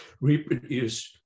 reproduce